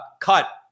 cut